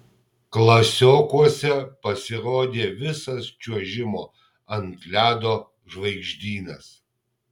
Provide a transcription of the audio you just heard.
klasiokuose pasirodė visas čiuožimo ant ledo žvaigždynas